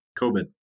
COVID